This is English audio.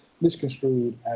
misconstrued